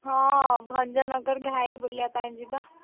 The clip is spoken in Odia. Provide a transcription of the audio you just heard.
ହଁ ଭଞ୍ଜନଗର ଘାଇ ବୁଲିବା ପାଇଁ ଯିବା